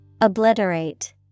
Obliterate